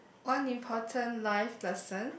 one important life lesson